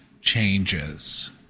changes